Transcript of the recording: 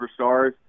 superstars